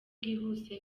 bwihuse